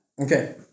Okay